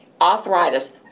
arthritis